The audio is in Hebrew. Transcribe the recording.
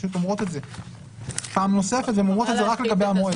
פה הוספנו את השר הנוגע בדבר.